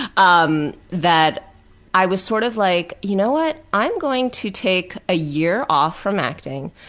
um that i was sort of like, you know what, i'm going to take a year off from acting.